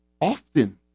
often